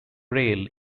rail